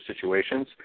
situations